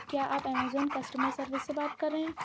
کیا آپ Amazon customer service سے بات کر رہے ہیں